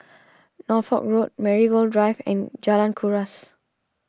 Norfolk Road Marigold Drive and Jalan Kuras